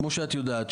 כמו שאת יודעת,